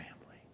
family